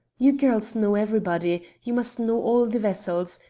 you girls know everybody. you must know all the vessels.